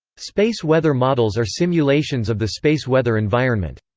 space weather models are simulations of the space weather environment.